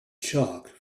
chalk